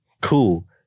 cool